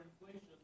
inflation